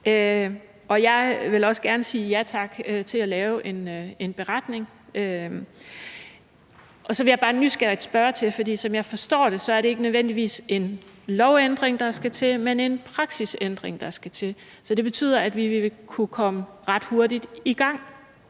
Jeg vil også gerne sige ja tak til at lave en beretning. Så vil jeg bare nysgerrigt spørge til noget. For det er, som jeg forstår det, ikke nødvendigvis en lovændring, der skal til, men en praksisændring, så det betyder, at vi ret hurtigt vil kunne